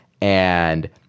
and-